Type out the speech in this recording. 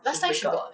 she break up